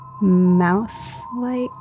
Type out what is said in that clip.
mouse-like